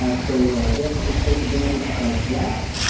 ah so definitely take advantage of that.